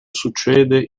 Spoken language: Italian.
succede